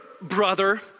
brother